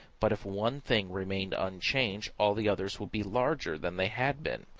but if one thing remain unchanged all the others would be larger than they had been.